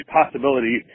possibility